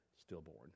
stillborn